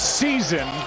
season